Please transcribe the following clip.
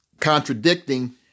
contradicting